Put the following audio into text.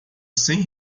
cem